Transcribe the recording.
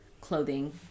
clothing